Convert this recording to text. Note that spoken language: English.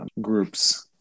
groups